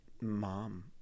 mom